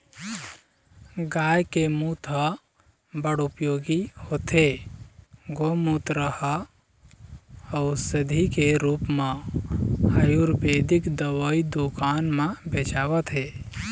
गाय के मूत ह बड़ उपयोगी होथे, गोमूत्र ह अउसधी के रुप म आयुरबेदिक दवई दुकान म बेचावत हे